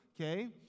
Okay